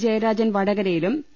ജയരാജൻ വടകര യിലും പി